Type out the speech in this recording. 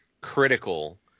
critical